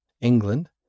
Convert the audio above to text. England